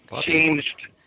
changed